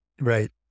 right